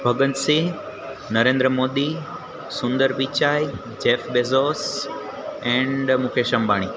Bhagat Singh Narendra Modi Sundar Pichai Jeff Bezos and Mukesh Ambani